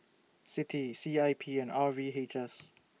CITI C I P and R V H S